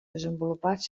desenvolupats